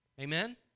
Amen